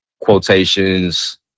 quotations